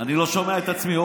את עצמי.